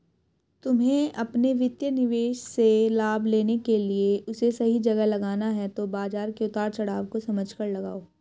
तुम्हे अपने वित्तीय निवेश से लाभ लेने के लिए उसे सही जगह लगाना है तो बाज़ार के उतार चड़ाव को समझकर लगाओ